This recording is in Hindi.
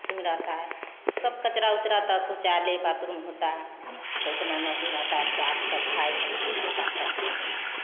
एथि में रहता है सब कचरा उचर ता शौचालय बातरूम होता है तो उतना नही रहता है साफ सफाई हर चीज रहता है